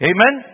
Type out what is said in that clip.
Amen